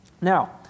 Now